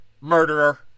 murderer